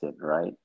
right